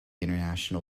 international